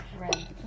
Red